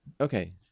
Okay